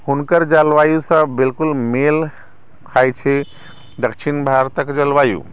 हुनकर जलवायुसँ बिलकुल मेल खाइ छै दक्षिण भारतक जलवायु